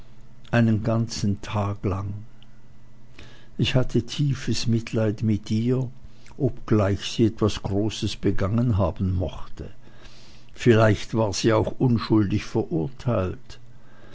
einen ganzen tag lang ich hatte tiefes mitleid mit ihr obgleich sie etwas großes begangen haben mochte vielleicht war sie auch unschuldig verurteilt